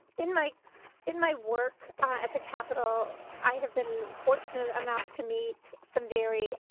in my in my work at the capitol i have been fortunate enough to meet some very